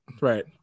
Right